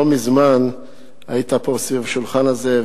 לא מזמן היית פה סביב השולחן הזה,